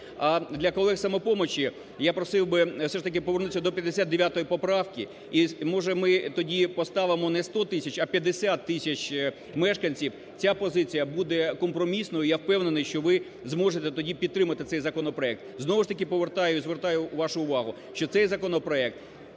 А для колег із "Самопомочі" я просив би все ж таки повернутися до 59 поправки і, може, ми тоді поставимо не сто тисяч, а 50 тисяч мешканців, ця позиція буде компромісною. Я впевнений, що ви зможете тоді підтримати цей законопроект. Знову ж таки, повертаю і звертаю вашу увагу, що цей законопроект